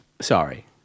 Sorry